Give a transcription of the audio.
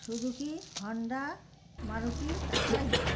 Suzuki Honda Maruti Tata hero